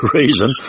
reason